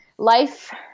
Life